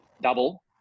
double